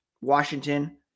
Washington